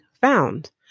found